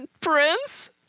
prince